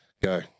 Go